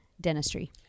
dentistry